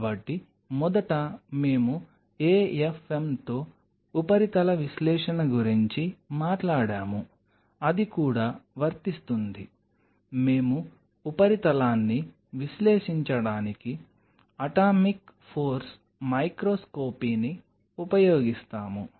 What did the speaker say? కాబట్టి మొదట మేము AFMతో ఉపరితల విశ్లేషణ గురించి మాట్లాడాము అది కూడా వర్తిస్తుంది మేము ఉపరితలాన్ని విశ్లేషించడానికి అటామిక్ ఫోర్స్ మైక్రోస్కోపీని ఉపయోగిస్తాము